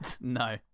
No